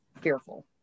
fearful